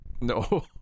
No